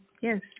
Yes